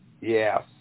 Yes